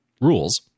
rules